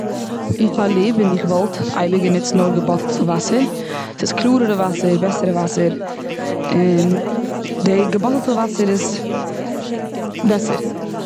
איך האב ליב און איך וואלט, אייביג גענוצט נאר געבאטלטע וואסער, ס'איז קלארערע וואסער, בעסערע וואסער. און די געבאטלטע וואסער איז בעסער.